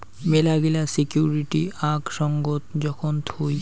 মেলাগিলা সিকুইরিটি আক সঙ্গত যখন থুই